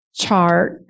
chart